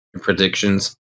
predictions